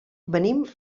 venim